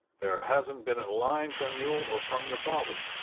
there hasn't been a line from you or from your father.